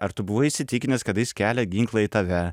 ar tu buvai įsitikinęs kad jis kelia ginklą į tave